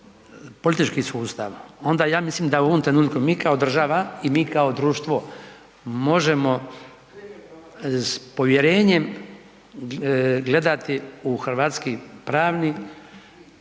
politički sustav onda ja mislim da u ovom trenutku mi kao država i mi kao društvo možemo s povjerenjem gledati u hrvatski pravni